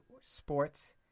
Sports